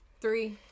Three